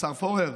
השר פורר,